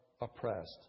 oppressed